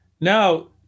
Now